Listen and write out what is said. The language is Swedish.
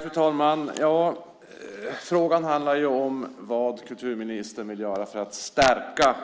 Fru talman! Frågan handlar om vad kulturministern vill göra för att stärka